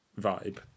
vibe